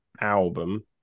album